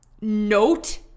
note